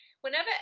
whenever